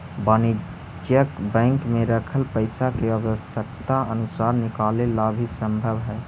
वाणिज्यिक बैंक में रखल पइसा के आवश्यकता अनुसार निकाले ला भी संभव हइ